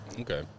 Okay